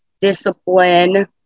discipline